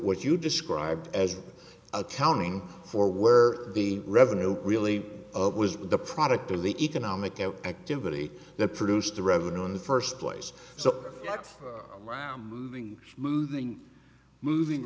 what you describe as an accounting for where the revenue really of was the product of the economic activity that produced the revenue in the first place so that's moving moving